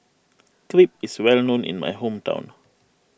Crepe is well known in my hometown